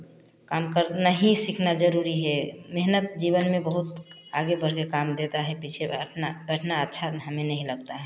काम करना ही सीखना ज़रूरी है मेहनत जीवन में बहुत आगे बढ़ कर काम देता है पीछे ब अपना बैठना अच्छा हमें नहीं लगता है